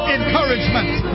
encouragement